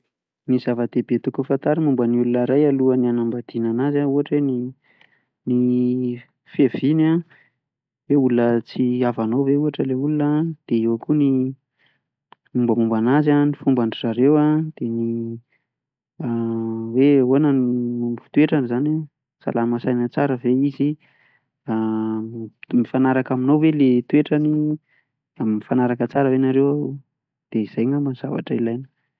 Ny zava-dehibe tokony fatarina momba ny olona iray alohan'ny hanambadiana an'azy an, ohatra hoe ny ny fiaviany izany hoe olona tsy havanao ve ohatra ilay olona, dia eo koa ny mombamomba an'azy, ny fomban-dry zareo an, dia, hoe ahoana ny toetrany izany an salama saina tsara ve izy, a, mit- mifanaraka aminao ve ilay toetrany? Mifanaraka tsara ve nareo? De izay angamba no zavatra ilaina.